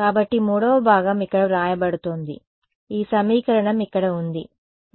కాబట్టి 3వ భాగం ఇక్కడ వ్రాయబడుతోంది ఈ సమీకరణం ఇక్కడ ఉంది